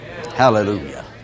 Hallelujah